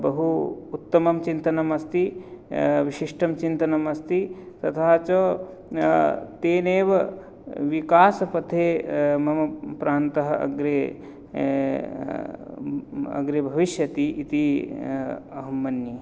बहु उत्तमं चिन्तनम् अस्ति विशिष्टं चिन्तनमस्ति तथा च तेन एव विकासपथे मम प्रान्तः अग्रे अग्रे भविष्यतीति अहं मन्ये